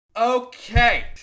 Okay